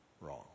wrong